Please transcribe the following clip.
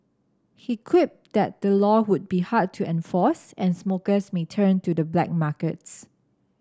he quipped that the law would be hard to enforce and smokers may turn to the black markets